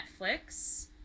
Netflix